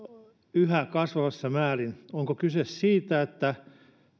yhä kasvavassa määrin onko kyse siitä että